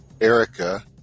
Erica